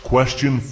Question